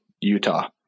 Utah